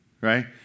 right